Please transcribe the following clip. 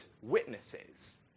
witnesses